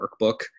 workbook